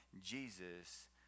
Jesus